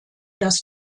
das